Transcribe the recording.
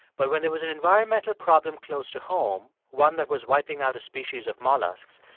but when there was an environmental problem close to home, one that was wiping out a species of mollusks,